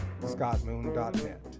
scottmoon.net